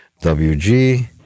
WG